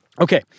Okay